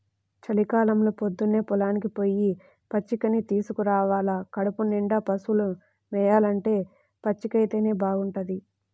చలికాలంలో పొద్దన్నే పొలానికి పొయ్యి పచ్చికని తీసుకురావాల కడుపునిండా పశువులు మేయాలంటే పచ్చికైతేనే బాగుంటది